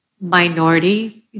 minority